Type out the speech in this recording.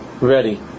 ready